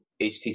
HTC